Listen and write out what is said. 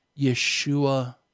Yeshua